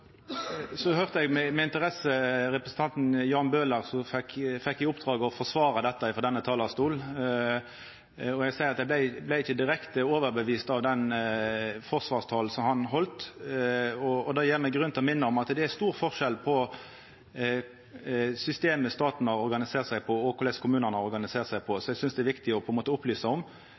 eg med interesse representanten Jan Bøhler, som fekk i oppdrag å forsvara dette frå denne talarstolen. Eg må seia at eg vart ikkje direkte overtydd av den forsvarstalen han heldt, og det gjev meg grunn til å minna om at det er stor forskjell på det systemet som staten er organisert etter, og korleis kommunane har organisert seg. Det synest eg det er viktig